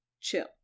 Chill